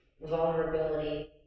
vulnerability